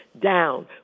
down